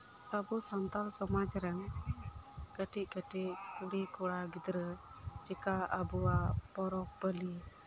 ᱟᱵᱚ ᱥᱟᱱᱛᱟᱞ ᱥᱚᱢᱟᱡ ᱨᱮᱱ ᱠᱟᱹᱴᱤᱡ ᱠᱟᱹᱴᱤᱡ ᱠᱩᱲᱤ ᱠᱚᱲᱟ ᱜᱤᱫᱽᱨᱟᱹ ᱪᱮᱠᱟ ᱟᱵᱚᱣᱟᱜ ᱯᱚᱨᱚᱵ ᱯᱟᱹᱞᱤ